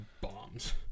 bombs